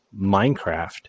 Minecraft